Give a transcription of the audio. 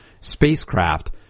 spacecraft